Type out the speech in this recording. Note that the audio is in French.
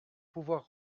pouvoir